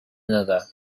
another